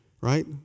right